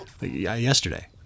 yesterday